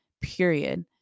period